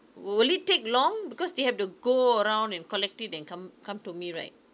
will will it take long because they have to go around and collect it then come come to me right